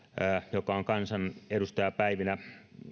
joka on kansanedustajapäivinä